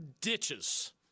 ditches